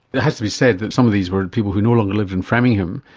it has to be said that some of these were people who no longer lived in framingham,